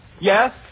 Yes